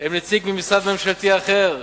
הם נציג ממשרד ממשלתי אחר,